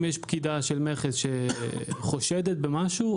אם יש פקידה של מכס שחושדת במשהו,